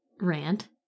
rant